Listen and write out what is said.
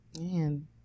man